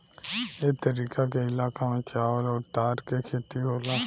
ए तरीका के इलाका में चावल अउर तार के खेती होला